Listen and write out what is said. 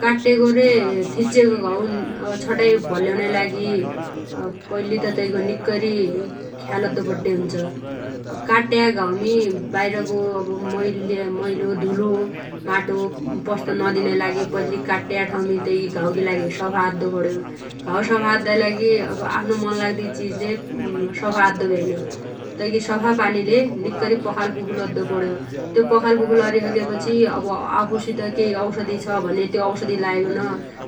काट्टेगो रे थिच्चेगो घाउ छटाइ भल्लेउनाइ लागि पैल्ली त तैगो निक्कैरी ख्याल अद्दो पड्डे हुन्छ । अब काट्ट्या घाउमी बाइरगो अब मैल्लया मैल्लेगो धुलो माटो पस्त नदिनाइ लागि पैल्ली काट्ट्या ठाउमी तैगी घाउगी लागि सफा अद्दोपण्यो । घाउ सफा अद्दाइ लागि अब आफ्नो मन लाग्दी चिजले सफा अद्दो भ्यैन । तैगि सफा पानीले निक्कैरी पखालपुखुल अद्दोपण्यो । त्यो पखालपुखुल अरिसगेपछि अब आफुसित केइ औषधी छ भने त्यो औषधी लाइबन